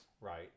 Right